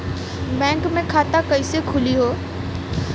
Bank मे खाता कईसे खुली हो?